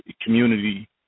community